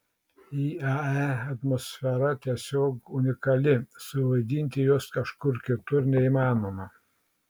iae atmosfera tiesiog unikali suvaidinti jos kažkur kitur neįmanoma